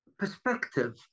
perspective